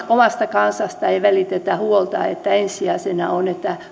omasta kansasta ei välitetä vaan ensisijaisena on se että